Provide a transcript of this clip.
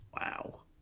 Wow